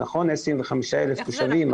נכון שיש בכפר קאסם 25,000 תושבים,